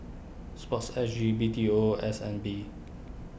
Sport S G B T O and S N B